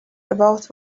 about